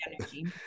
energy